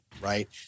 right